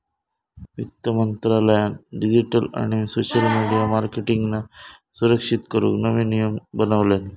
वित्त मंत्रालयान डिजीटल आणि सोशल मिडीया मार्केटींगका सुरक्षित करूक नवे नियम बनवल्यानी